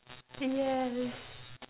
yes